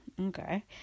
okay